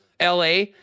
LA